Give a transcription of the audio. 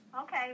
Okay